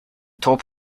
top